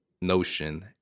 notion